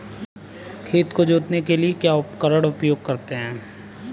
खेत को जोतने के लिए किस उपकरण का उपयोग करते हैं?